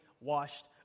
washed